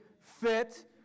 fit